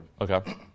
Okay